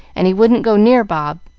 and he wouldn't go near bob.